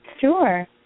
Sure